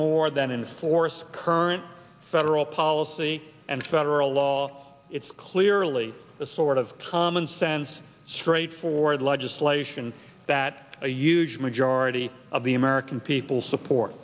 more than and force current federal policy and federal law it's clearly the sort of commonsense straightforward legislation that a huge majority of the american people support